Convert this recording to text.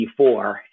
1984